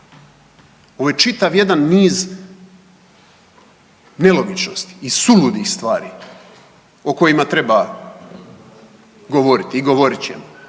Ovo je čitav jedan niz nelogičnosti i suludih stvari o kojima treba govoriti i govorit ćemo.